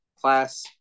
class